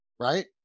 right